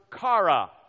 kara